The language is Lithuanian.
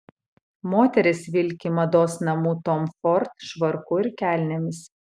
moteris vilki mados namų tom ford švarku ir kelnėmis